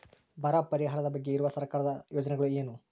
ಬರ ಪರಿಹಾರದ ಬಗ್ಗೆ ಇರುವ ಸರ್ಕಾರದ ಯೋಜನೆಗಳು ಏನು?